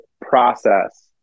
process